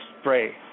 spray